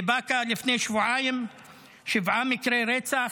בבאקה לפני שבועיים היו שבעה מקרי רצח.